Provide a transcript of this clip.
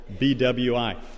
BWI